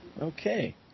Okay